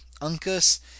uncas